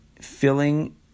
filling